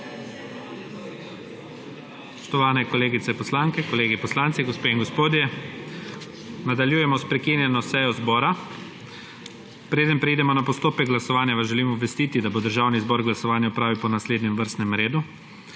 Spoštovani kolegice poslanke, kolegi poslanci, gospe in gospodje, nadaljujemo s prekinjeno sejo zbora. Preden preidemo na postopek glasovanja vas želim obvestiti, da bo Državni zbor glasovanja opravil po naslednjem vrstnem redu: